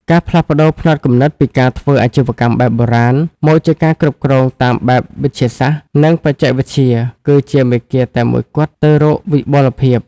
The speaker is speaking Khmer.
ការផ្លាស់ប្តូរផ្នត់គំនិតពីការធ្វើអាជីវកម្មបែបបុរាណ មកជាការគ្រប់គ្រងតាមបែបវិទ្យាសាស្ត្រ និងបច្ចេកវិទ្យា គឺជាមាគ៌ាតែមួយគត់ទៅរកវិបុលភាព។